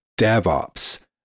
DevOps